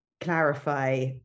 clarify